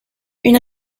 une